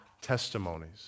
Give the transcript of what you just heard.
testimonies